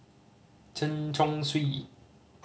Chen Chong Swee